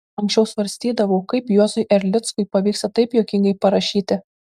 anksčiau svarstydavau kaip juozui erlickui pavyksta taip juokingai parašyti